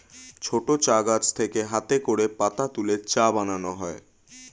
ছোট চা গাছ থেকে হাতে করে পাতা তুলে চা বানানো হয়